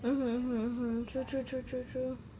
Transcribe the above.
mm mm mm true true true true true